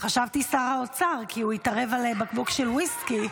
חשבתי, שר האוצר, כי הוא התערב על בקבוק של ויסקי.